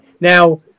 Now